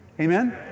Amen